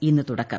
ഇന്ന് തുടക്കം